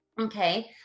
Okay